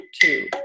two